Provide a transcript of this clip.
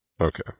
Okay